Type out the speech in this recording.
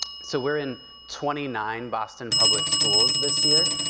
so we're in twenty nine boston public schools this year.